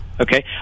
Okay